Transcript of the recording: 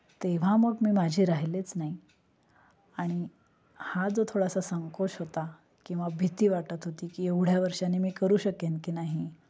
तेव्हा मग मी माझी राहिलेच नाही आणि हा जो थोडासा संकोच होता किंवा भीती वाटत होती की एवढ्या वर्षानी मी करू शकेन की नाही